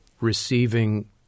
receiving